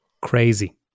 crazy